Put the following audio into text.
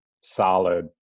solid